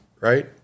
Right